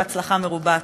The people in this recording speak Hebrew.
בהצלחה מרובה.